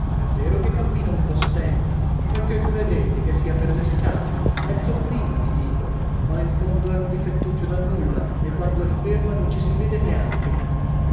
è vero che cammina un po stenta e che credete che sia per le scarpe è zoppina vi dico ma in fondo è un difettuccio da nulla e quando è ferma non ci si vede neanche